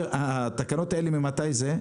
התקנות, ממתי הן?